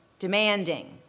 demanding